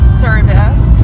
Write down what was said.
service